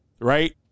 right